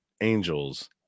angels